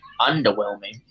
Underwhelming